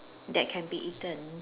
that can be eaten